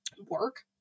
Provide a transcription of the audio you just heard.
work